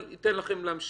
אבל ייתן לכם להמשיך.